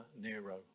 Nero